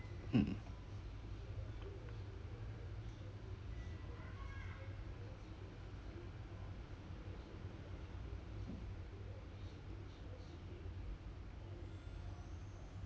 mm